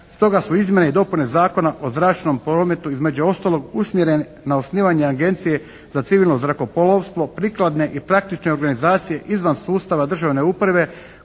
Stoga su izmjene i dopune Zakona o zračnom prometu između ostalog usmjerene na osnivanje Agencije za civilno zrakoplovstvo prikladne i praktične organizacije izvan sustava državne uprave